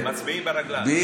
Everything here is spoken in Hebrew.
מצביעים ברגליים.